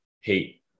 hate